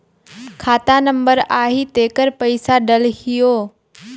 खाता नंबर आही तेकर पइसा डलहीओ?